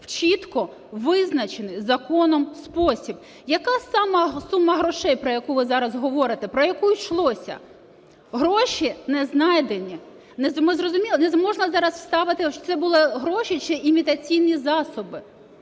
в чітко визначений законом спосіб. Яка саме сума грошей, про яку ви зараз говорите, про яку йшлося? Гроші не знайдені. Ми зрозуміли, не можна зараз становити, чи це були гроші чи імітаційні засоби.